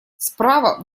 справа